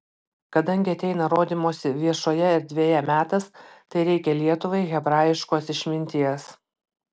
kadangi ateina rodymosi viešoje erdvėje metas tai reikia lietuvai hebrajiškos išminties